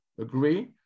agree